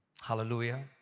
Hallelujah